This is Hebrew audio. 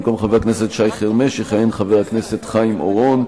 במקום חבר הכנסת שי חרמש יכהן חבר הכנסת חיים אורון.